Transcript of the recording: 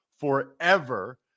forever